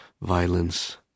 violence